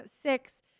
six